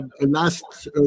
last